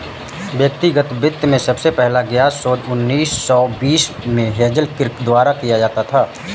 व्यक्तिगत वित्त में सबसे पहला ज्ञात शोध उन्नीस सौ बीस में हेज़ल किर्क द्वारा किया गया था